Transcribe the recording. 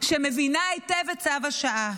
שמבינה היטב את צו השעה.